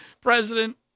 president